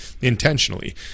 intentionally